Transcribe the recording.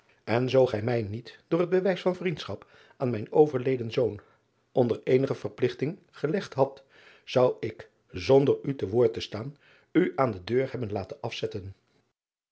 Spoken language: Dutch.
en zoo gij mij niet door het bewijs van vriendschap aan mijn overleden zoon onder eenige verpligting gelegd hadt zou ik zonder u te woord te staan u aan de deur hebben laten afzetten